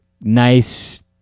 nice